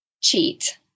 cheat